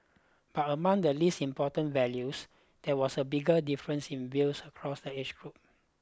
but among the least important values there was a bigger difference in views across the age groups